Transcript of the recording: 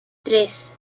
tres